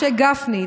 משה גפני,